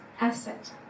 asset